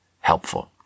helpful